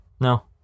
No